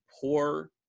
poor